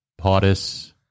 POTUS